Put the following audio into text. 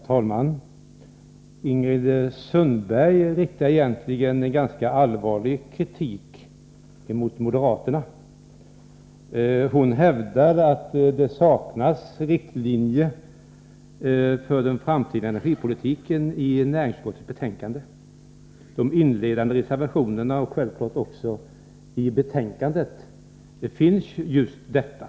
Herr talman! Ingrid Sundberg riktar egentligen en ganska allvarlig kritik mot moderaterna. Hon hävdar att det saknas riktlinjer för den framtida energipolitiken i näringsutskottets betänkande. De inledande reservationerna handlar om detta, som självklart också finns i betänkandet.